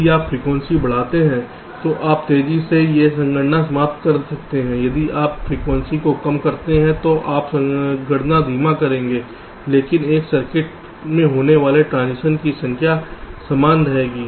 यदि आप फ्रीक्वेंसी बढ़ाते हैं तो आप तेजी से एक संगणना समाप्त कर सकते हैं यदि आप फ्रीक्वेंसी को कम करते हैं तो आप गणना धीमा कर देंगे लेकिन एक सर्किट में होने वाले ट्रांजिशन की संख्या समान रहेगी